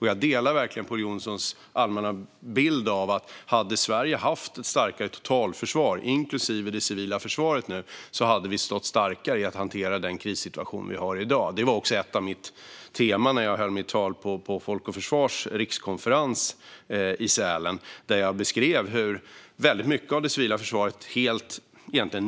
Jag håller med om Pål Jonsons allmänna bild - hade Sverige haft ett starkare totalförsvar, inklusive det civila försvaret, hade vi stått starkare i att hantera den krissituation vi har i dag. Detta var också ett av mina teman när jag höll mitt tal på Folk och Försvars rikskonferens i Sälen, där jag beskrev hur väldigt mycket av det civila försvaret helt nedmonterades.